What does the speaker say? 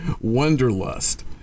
wanderlust